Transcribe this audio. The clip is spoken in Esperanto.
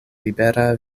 libera